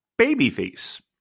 babyface